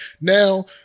now